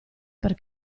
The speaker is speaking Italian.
per